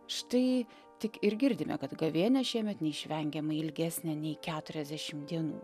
štai tik ir girdime kad gavėnia šiemet neišvengiamai ilgesnė nei keturiasdešim dienų